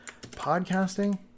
podcasting